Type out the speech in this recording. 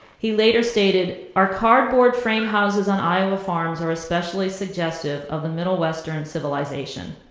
he later stated, our cardboard frame houses on iowa farms are especially suggestive of the middle western civilization.